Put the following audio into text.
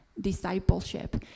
discipleship